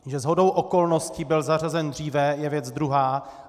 Že shodou okolností byl zařazen dříve, je věc druhá.